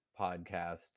podcast